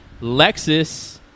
Lexus